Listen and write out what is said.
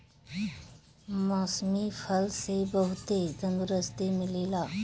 मौसमी फल से बहुते तंदुरुस्ती मिलेला